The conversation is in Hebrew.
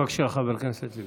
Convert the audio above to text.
בבקשה, חבר הכנסת לוין.